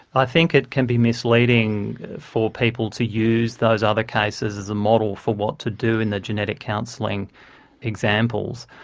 i think it can be misleading for people to use those other cases as a model for what to do in the genetic counselling examples.